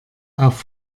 auf